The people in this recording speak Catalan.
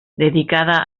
dedicada